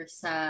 sa